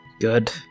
Good